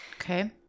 Okay